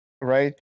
right